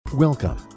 Welcome